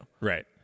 Right